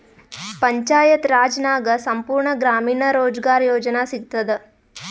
ಪಂಚಾಯತ್ ರಾಜ್ ನಾಗ್ ಸಂಪೂರ್ಣ ಗ್ರಾಮೀಣ ರೋಜ್ಗಾರ್ ಯೋಜನಾ ಸಿಗತದ